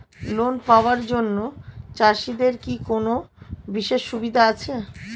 Loan পাওয়ার জন্য চাষিদের কি কোনো বিশেষ সুবিধা আছে?